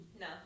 No